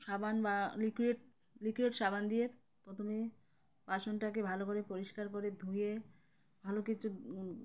সাবান বা liquid liquid সাবান দিয়ে প্রথমে বাসনটাকে ভালো করে পরিষ্কার করে ধুয়ে ভালো কিছু